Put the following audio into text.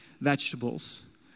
vegetables